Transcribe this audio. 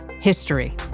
history